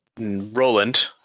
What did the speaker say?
roland